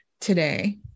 today